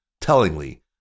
Tellingly